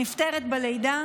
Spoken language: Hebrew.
בלידה